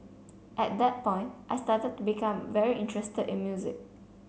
at that point I started to become very interested in music